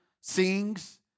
sings